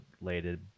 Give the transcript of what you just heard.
related